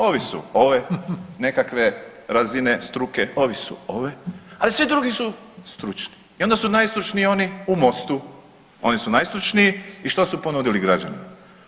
Ovi su ove nekakve razine, struke, ovi su ove, ali svi drugi su stručni i onda su najstručniji oni u Mostu, oni su najstručniji i što su ponudili građanima?